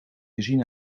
gezien